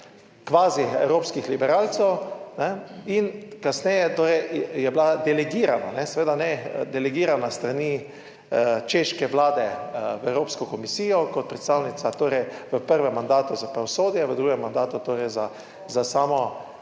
kvazi evropskih liberalcev. In kasneje torej je bila delegirana, seveda ne delegirana s strani češke vlade v Evropsko komisijo kot predstavnica, torej v prvem mandatu za pravosodje, v drugem mandatu torej za samo